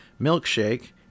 Milkshake